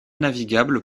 navigables